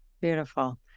Beautiful